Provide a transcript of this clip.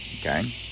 okay